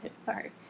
sorry